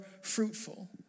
fruitful